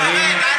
נגמר הזמן.